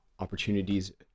Opportunities